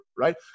right